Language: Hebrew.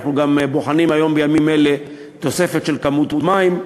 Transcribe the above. ואנחנו גם בוחנים בימים אלה תוספת של כמות מים,